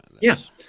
yes